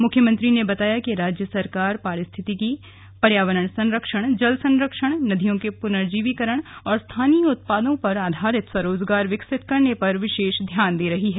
मुख्यमंत्री ने बताया कि राज्य सरकार पारिस्थतिकी पर्यावरण सरक्षण जल संरक्षण नदियों के पूनर्जीवीकरण और स्थानीय उत्पादों पर आधारित स्वरोजगार विकसित करने पर विशेष ध्यान दे रही है